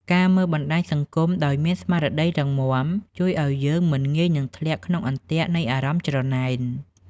ការមើលបណ្តាញសង្គមដោយមាន "ស្មារតីរឹងមាំ" ជួយឱ្យយើងមិនងាយនឹងធ្លាក់ក្នុងអន្ទាក់នៃអារម្មណ៍ច្រណែន។